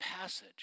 passage